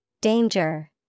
Danger